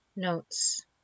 Notes